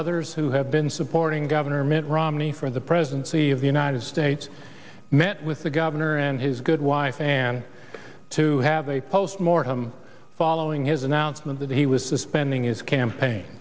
others who have been supporting governor mitt romney for the presidency of the united states met with the governor and his good wife and to have a post mortem following his announcement that he was suspending his campaign